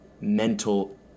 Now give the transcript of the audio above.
mental